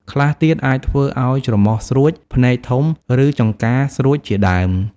ខ្លះទៀតអាចធ្វើឱ្យច្រមុះស្រួច ភ្នែកធំ ឬចង្កាស្រួចជាដើម។